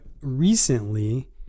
recently